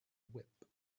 whip